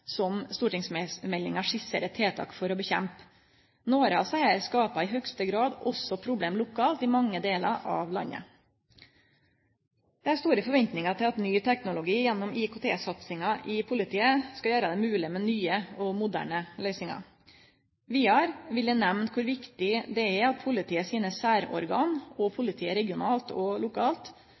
som stortingsmeldinga skisserer tiltak for å kjempe mot. Nokre av desse skapar i høgste grad også problem lokalt i mange delar av landet. Eg har store forventningar til at ny teknologi gjennom IKT-satsinga i politiet skal gjere det mogleg med nye og moderne løysingar. Vidare vil eg nemne kor viktig det er at politiet sine særorgan og politiet regionalt og lokalt